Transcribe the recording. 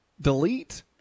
Delete